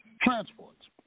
transports